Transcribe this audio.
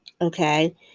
okay